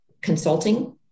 consulting